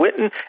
Witten